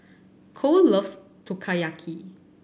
Kole loves Takoyaki